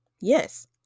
yes